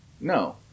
No